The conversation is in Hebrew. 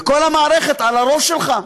וכל המערכת על הראש שלך.